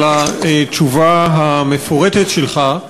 על התשובה המפורטת שלך.